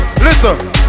Listen